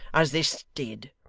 as this did?